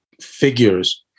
figures